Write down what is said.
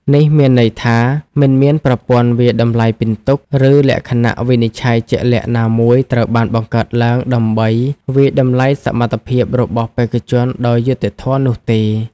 នេះមានន័យថា មិនមានប្រព័ន្ធវាយតម្លៃពិន្ទុ ឬលក្ខណៈវិនិច្ឆ័យជាក់លាក់ណាមួយត្រូវបានបង្កើតឡើងដើម្បីវាយតម្លៃសមត្ថភាពរបស់បេក្ខជនដោយយុត្តិធម៌នោះទេ។